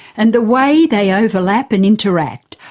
and the way they overlap and interact,